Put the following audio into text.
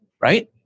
right